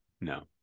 no